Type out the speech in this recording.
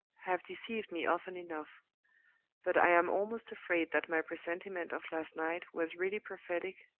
have deceived me often enough but i am almost afraid that my presentiment of last night was really prophetic,